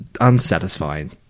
unsatisfying